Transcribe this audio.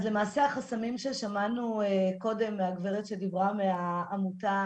אז למעשה החסמים ששמענו קודם מהגברת שדיברה מהעמותה